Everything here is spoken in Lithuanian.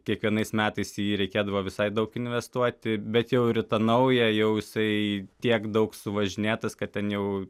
kiekvienais metais jį reikėdavo visai daug investuoti bet jau ir į tą naują jau jisai tiek daug suvažinėtas kad ten jau